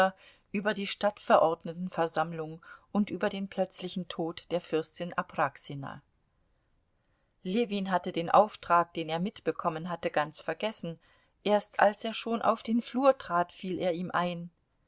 über die stadtverordnetenversammlung und über den plötzlichen tod der fürstin apraxina ljewin hatte den auftrag den er mitbekommen hatte ganz vergessen erst als er schon auf den flur trat fiel er ihm ein